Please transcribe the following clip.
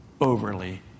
overly